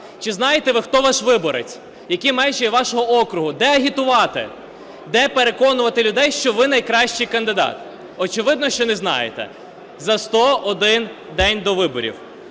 Чи знаєте ви, хто ваш виборець? Які межі вашого округу? Де агітувати? Де переконувати людей, що ви найкращий кандидат? Очевидно, що не знаєте, за 101 день до виборів.